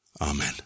Amen